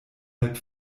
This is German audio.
halb